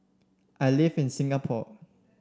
I live in Singapore